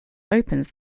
opens